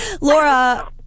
Laura